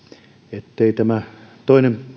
ettei tämä toinen